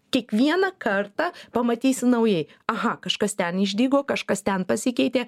kiekvieną kartą pamatysi naujai aha kažkas ten išdygo kažkas ten pasikeitė